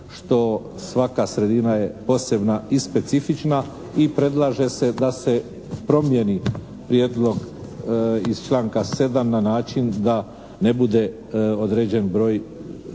što svaka sredina je posebna i specifična i predlaže se da se promijeni prijedlog iz članka 7. na način da ne bude određen broj članova